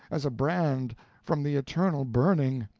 as a brand from the eternal burning.